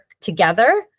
together